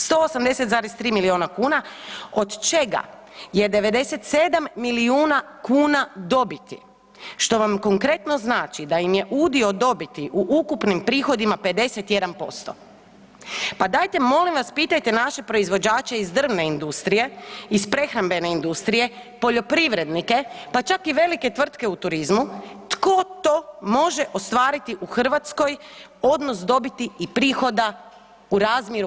180,3 miliona kuna od čega je 97 milijuna kuna dobiti što vam konkretno znači da im je udio dobiti u ukupnim prihodima 51%. pa dajte molim vas pitajte naše proizvođače iz drvne industrije, iz prehrambene industrije, poljoprivrednike pa čak i velike tvrtke u turizmu tko to može ostvariti u Hrvatskoj, odnos dobiti i prihoda u razmjeru 50%